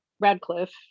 Radcliffe